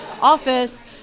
office